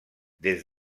des